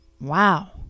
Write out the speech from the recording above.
Wow